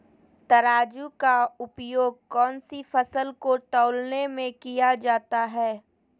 तराजू का उपयोग कौन सी फसल को तौलने में किया जाता है?